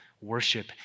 worship